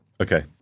Okay